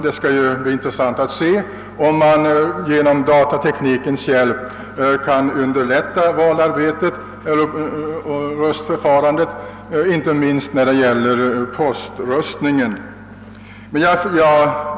Vi får nu se, om man med datateknikens hjälp kan underlätta röstningsförfarandet, inte minst poströstningen.